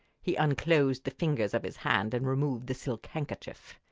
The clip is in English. he unclosed the fingers of his hand and removed the silk handkerchief.